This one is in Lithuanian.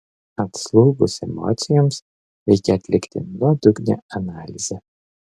atslūgus emocijoms reikia atlikti nuodugnią analizę